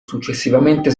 successivamente